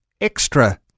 extra